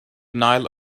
nile